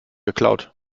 geklaut